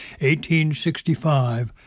1865